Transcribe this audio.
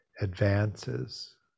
advances